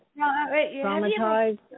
traumatized